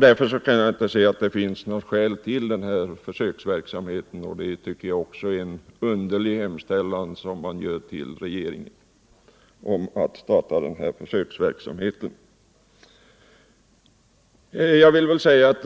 Därför kan jag inte se att det finns något skäl till att genomföra en sådan här försöksverksamhet, och jag tycker att det är en underlig hemställan till regeringen att försöksverksamhet av detta slag skulle startas.